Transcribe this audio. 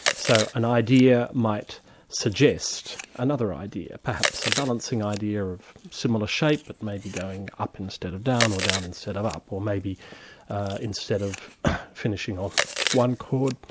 so an idea might suggest another idea, perhaps a balancing idea of similar shape that but may be going up instead of down, or down instead of up. or maybe instead of finishing on one chord,